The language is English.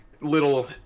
little